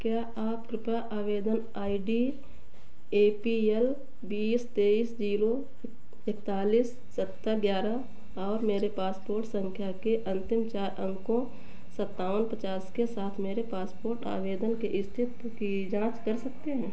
क्या आप कृपया आवेदन I D A P L बीस तेईस ज़ीरो एकतालीस सत्तर ग्यारह और मेरे पासपोर्ट संख्या के अंतिम चार अंकों सत्तावन पचास के साथ मेरे पासपोर्ट आवेदन की स्थिति की जाँच कर सकते हैं